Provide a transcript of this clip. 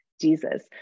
Jesus